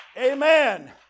Amen